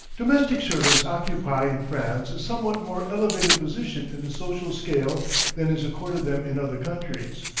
domestic servants occupy in france a somewhat more elevated position in the social scale than is accorded them in other countries.